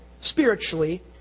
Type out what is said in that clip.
spiritually